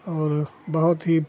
और बहुत ही